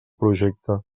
projecte